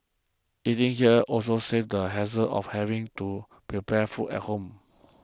eating here also saves the hassle of having to prepare food at home